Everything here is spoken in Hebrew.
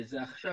וזה עכשיו,